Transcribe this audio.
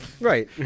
Right